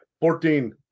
Fourteen